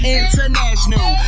international